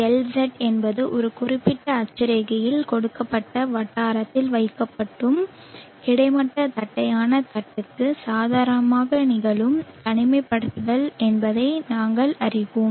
LZ என்பது ஒரு குறிப்பிட்ட அட்சரேகையில் கொடுக்கப்பட்ட வட்டாரத்தில் வைக்கப்படும் கிடைமட்ட தட்டையான தட்டுக்கு சாதாரணமாக நிகழும் தனிமைப்படுத்தல் என்பதை நாங்கள் அறிவோம்